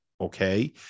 okay